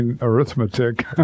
arithmetic